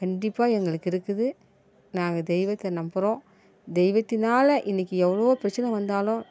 கண்டிப்பாக எங்களுக்கு இருக்குது நாங்கள் தெய்வத்தை நம்புகிறோம் தெய்வத்தினால் இன்னைக்கி எவ்வளோ பிரச்சனை வந்தாலும்